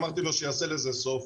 אמרתי שיעשה לזה סוף,